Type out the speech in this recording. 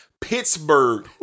Pittsburgh